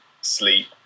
sleep